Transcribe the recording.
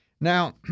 Now